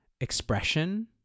expression